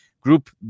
group